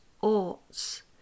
oughts